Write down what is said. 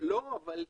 אלה שטויות.